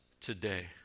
today